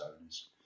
owners